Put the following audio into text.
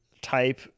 type